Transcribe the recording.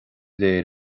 léir